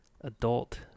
Adult